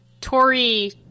tory